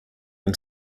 own